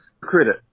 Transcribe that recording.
Credit